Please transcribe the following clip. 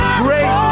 great